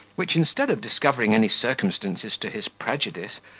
which, instead of discovering any circumstances to his prejudice,